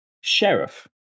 Sheriff